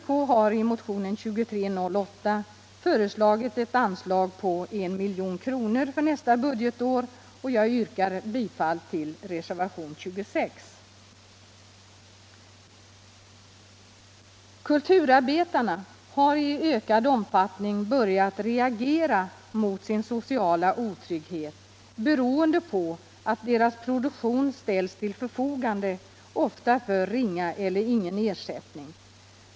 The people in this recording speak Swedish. Kulturarbetarna har i ökad omfattning börjat reagera mot sin sociala otrygghet, beroende på att deras produktion ställs till förfogande ofta mot ringa eller ingen ersättning.